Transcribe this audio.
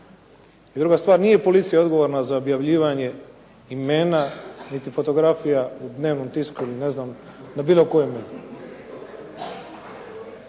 Druga stvar, nije policija odgovorna za objavljivanje imena niti fotografija u dnevnom tisku ili ne znam na bilo kojem.